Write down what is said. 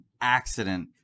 accident